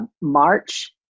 March